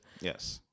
Yes